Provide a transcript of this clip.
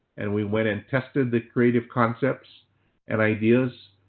and we went and tested the creative concepts and ideas,